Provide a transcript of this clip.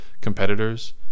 competitors